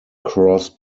cross